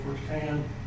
firsthand